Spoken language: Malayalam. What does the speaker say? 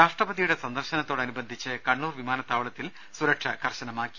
രാഷ്ട്രപതിയുടെ സന്ദർശനത്തോടനുബന്ധിച്ച് കണ്ണൂർ വിമാനത്താവളത്തിൽ സുരക്ഷ കർശനമാക്കി